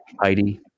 Heidi